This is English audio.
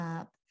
up